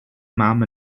mam